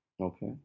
Okay